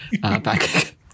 back